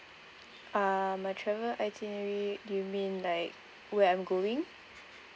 uh my travel itinerary do you mean like where I'm going